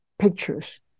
pictures